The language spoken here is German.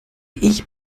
ich